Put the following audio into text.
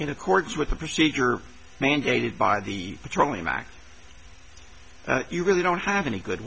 in accordance with the procedure mandated by the petroleum act you really don't have any good